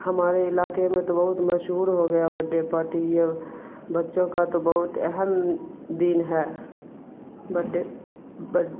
ہمارے علاقے میں تو بہت مشہور ہو گیا بڈڈے پارٹی یہ بچوں کا تو بہت اہم دن ہے بڈڈے